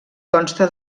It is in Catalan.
consta